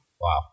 Wow